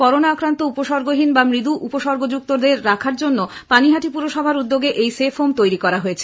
corona আক্রান্ত উপসর্গহীন বা মৃদু উপসর্গযুক্তদের রাখার জন্য পানিহাটি পুরসভার উদ্যোগে এই সেফ হোম তৈরি করা হয়েছে